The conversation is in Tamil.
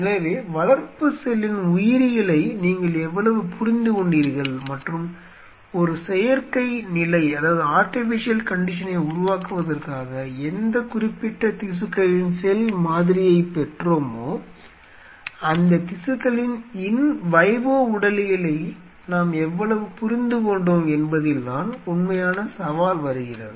எனவே வளர்ப்பு செல்லின் உயிரியலை நீங்கள் எவ்வளவு புரிந்து கொண்டீர்கள் மற்றும் ஒரு செயற்கை நிலையை உருவாக்குவதற்காக எந்த குறிப்பிட்ட திசுக்களின் செல் மாதிரியைப் பெற்றோமோ அந்த திசுக்களின் இன் வைவோ உடலியலை நாம் எவ்வளவு புரிந்துகொண்டோம் என்பதில்தான் உண்மையான சவால் வருகிறது